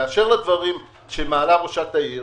לגבי הדברים שמעלה ראשת העיר,